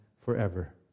forever